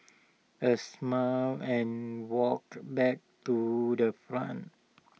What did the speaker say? I smiled and walked back to the front